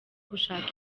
gushaka